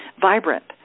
vibrant